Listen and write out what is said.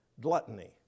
gluttony